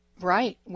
Right